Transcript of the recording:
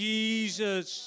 Jesus